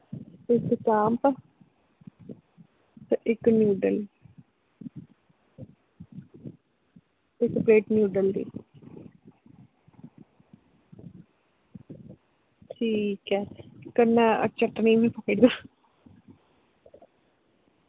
इक चांप ते इक नूडल दी ठीक ऐ कन्नै चटनी बी पाई ओड़ेओ